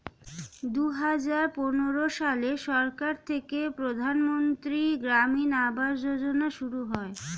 দুহাজার পনেরো সালে সরকার থেকে প্রধানমন্ত্রী গ্রামীণ আবাস যোজনা শুরু হয়